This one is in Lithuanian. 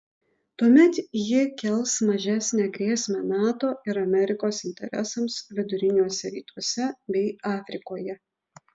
tuomet ji kels mažesnę grėsmę nato ir amerikos interesams viduriniuose rytuose bei afrikoje